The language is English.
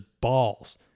balls